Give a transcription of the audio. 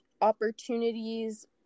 opportunities